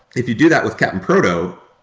if you do that with cap'n proto,